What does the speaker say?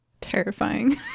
Terrifying